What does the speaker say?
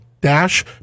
Dash